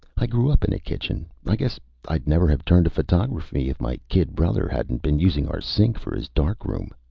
i grew up in a kitchen. i guess i'd never have turned to photography if my kid brother hadn't been using our sink for his darkroom.